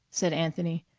said anthony,